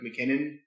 McKinnon